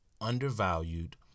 undervalued